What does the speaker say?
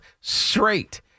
straight